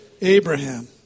Abraham